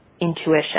intuition